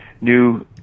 new